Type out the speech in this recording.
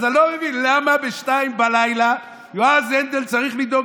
אז אני לא מבין למה ב-02:00 יועז הנדל צריך לדאוג